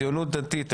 הציונות הדתית אחד,